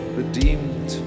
redeemed